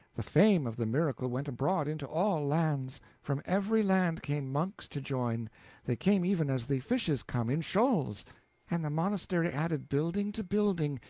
the fame of the miracle went abroad into all lands. from every land came monks to join they came even as the fishes come, in shoals and the monastery added building to building,